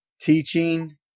teaching